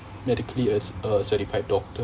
medically as a certified doctor